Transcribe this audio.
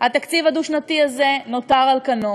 התקציב הדו-שנתי הזה נותר על כנו.